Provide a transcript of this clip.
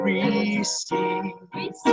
Receive